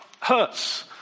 hurts